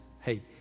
Hey